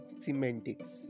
semantics